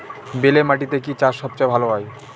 বেলে মাটিতে কি চাষ সবচেয়ে ভালো হয়?